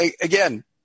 again